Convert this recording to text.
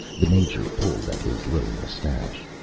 the major pulled at his little mustache.